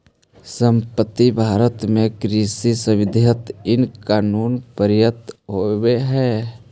संप्रति भारत में कृषि संबंधित इन कानून पारित होलई हे